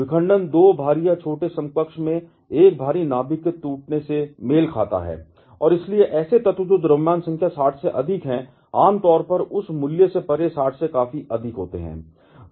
विखंडन 2 भारी या छोटे समकक्ष में एक भारी नाभिक के टूटने से मेल खाता है और इसलिए ऐसे तत्व जो द्रव्यमान संख्या 60 से अधिक है आम तौर पर उस मूल्य से परे 60 से काफी अधिक है